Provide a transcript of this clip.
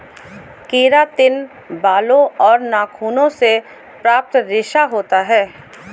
keratin बालों और नाखूनों से प्राप्त रेशा होता है